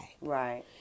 right